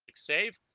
save